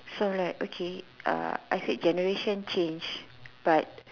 so like okay I generation change but